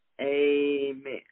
Amen